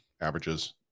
averages